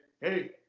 hey